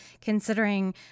considering